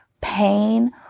pain